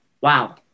wow